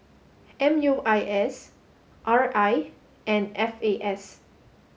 M U I S R I and F A S